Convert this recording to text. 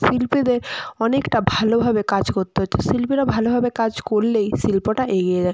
শিল্পীদের অনেকটা ভালোভাবে কাজ করতে হচ্ছে শিল্পীরা ভালোভাবে কাজ করলেই শিল্পটা এগিয়ে যায়